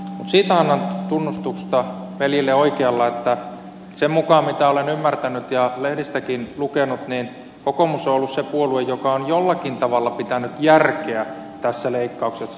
siitä annan tunnustusta veljille oikealla että sen mukaan mitä olen ymmärtänyt ja lehdistäkin lukenut kokoomus on ollut se puolue joka on jollakin tavalla pitänyt järkeä tässä leikkauksessa